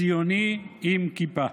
ציוני עם כיפה?